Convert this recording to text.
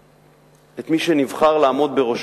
את מי שנבחר לעמוד בראשו,